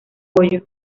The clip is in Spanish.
pollo